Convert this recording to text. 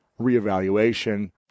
reevaluation